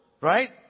right